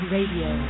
Radio